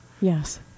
Yes